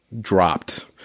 dropped